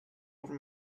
over